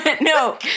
No